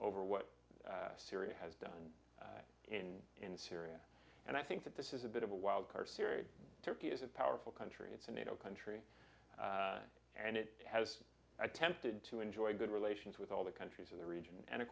over what syria has done in in syria and i think that this is a bit of a wildcard sciri turkey is a powerful country it's a nato country and it has attempted to enjoy good relations with all the countries of the region and of